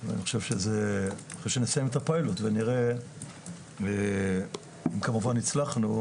אני חושב שאחרי שנסיים את הפיילוט ונראה אם כמובן הצלחנו,